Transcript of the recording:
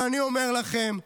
אבל אני אומר לכם,